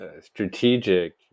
strategic